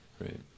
Right